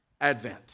advent